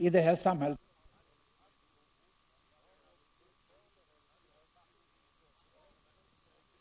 Nej, de får den hjälp de behöver.